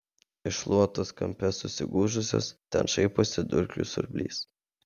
iš šluotos kampe susigūžusios ten šaiposi dulkių siurblys